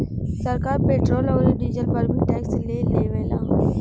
सरकार पेट्रोल औरी डीजल पर भी टैक्स ले लेवेला